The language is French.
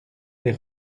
des